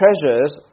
treasures